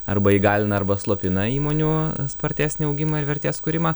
arba įgalina arba slopina įmonių spartesnį augimą ir vertės kūrimą